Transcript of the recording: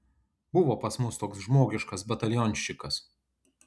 buvo pas mus toks žmogiškas batalionščikas